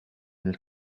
nel